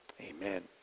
Amen